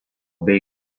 bei